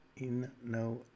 Inno